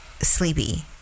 sleepy